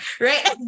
right